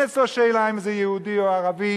אין אצלו שאלה אם זה יהודי או ערבי,